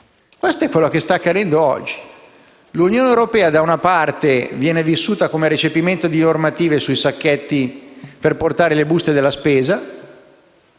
Questo è quello che sta accadendo oggi. L'Unione europea, da una parte, viene vissuta come recepimento di normative sui sacchetti per la spesa